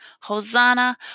Hosanna